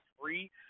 free